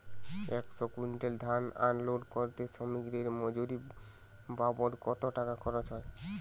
একশো কুইন্টাল ধান আনলোড করতে শ্রমিকের মজুরি বাবদ কত টাকা খরচ হয়?